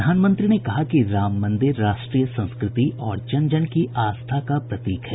प्रधानमंत्री ने कहा कि राम मंदिर राष्ट्रीय संस्कृति और जन जन की आस्था का प्रतीक है